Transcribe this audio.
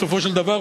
בסופו של דבר,